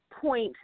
point